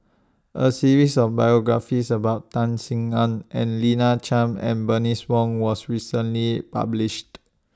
A series of biographies about Tan Sin Aun and Lina Chiam and Bernice Wong was recently published